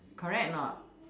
correct or not